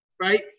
right